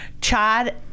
Chad